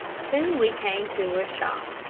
soon we came to a shop,